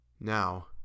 Now